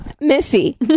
Missy